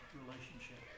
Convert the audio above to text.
relationship